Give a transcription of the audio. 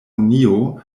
unio